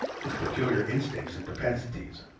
its peculiar instincts and propensities.